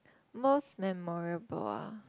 most memorable ah